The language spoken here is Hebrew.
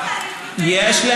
לא נכון, יש שם תהליך יבש, חצי-חצי.